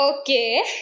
Okay